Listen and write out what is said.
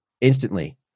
instantly